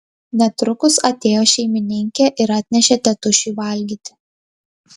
netrukus atėjo šeimininkė ir atnešė tėtušiui valgyti